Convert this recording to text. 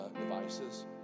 devices